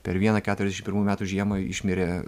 per vieną keturiasdešim pirmų metų žiemą išmirė